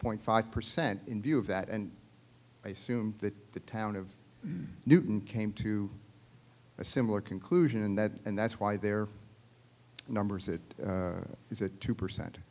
point five percent in view of that and i assume that the town of newton came to a similar conclusion that and that's why their numbers it is at two percent